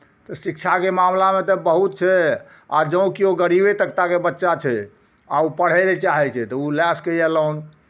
तऽ शिक्षाके मामिलामे तऽ बहुत छै आ जँ किओ गरीबे तबकाके बच्चा छै आ ओ पढ़य लेल चाहै छै तऽ ओ लए सकैए लोन